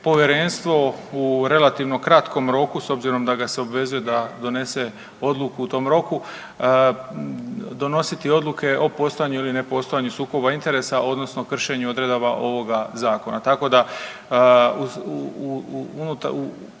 Povjerenstvo u relativno kratkom roku, s obzirom da ga se obvezuje da donese odluku u tom roku, donositi odluke o postojanju ili ne postojanju sukoba interesa odnosno kršenju odredaba ovoga zakona,